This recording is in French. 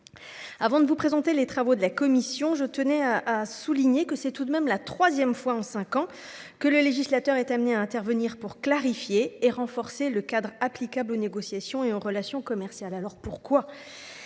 Avant de vous présenter les travaux de la commission des affaires économiques, je tiens à rappeler que c'est tout de même la troisième fois en cinq ans que le législateur est amené à intervenir pour clarifier et renforcer le cadre applicable aux négociations et aux relations commerciales. Pourquoi ?